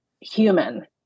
human